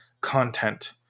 content